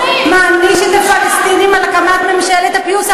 מעניש את הפלסטינים על הקמת ממשלת הפיוס.